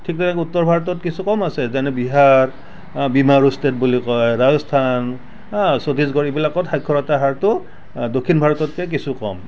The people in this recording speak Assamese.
ঠিক তেনেকৈ উত্তৰ ভাৰতত কিছু কম আছে যেনে বিহাৰ বিমা ৰোষ্টেড বুলি কয় ৰাজস্থান ছত্তীশগড় এইবিলাকত সাক্ষৰতাৰ হাৰটো দক্ষিণ ভাৰততকৈ কিছু কম